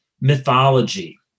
mythology